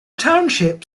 township